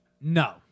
No